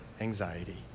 anxiety